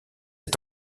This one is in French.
est